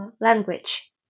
language